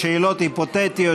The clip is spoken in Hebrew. שאלות היפותטיות,